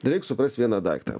da reik suprast vieną daiktą